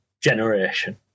generation